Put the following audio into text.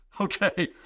okay